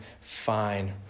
fine